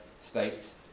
states